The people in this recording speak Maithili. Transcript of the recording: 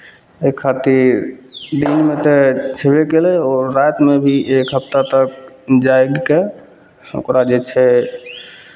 एहि खातिर दिनमे तऽ छेबै केलै आओर रातिमे भी एक हफ्ता तक जागि कऽ ओकरा जे छै